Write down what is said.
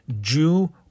Jew